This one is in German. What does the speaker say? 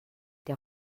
der